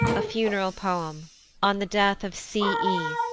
a funeral poem on the death of c. e.